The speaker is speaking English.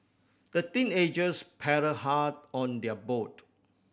the teenagers paddled hard on their boat